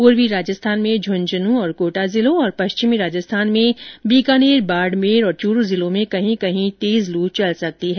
पूर्वी राजस्थान में झुन्झुनू और कोटा जिलों में तथा पश्चिमी राजस्थान में बीकानेर बाड़मेर और चूरू जिलों में कहीं कहीं तेज लू चलने की संभावना जताई है